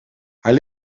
haar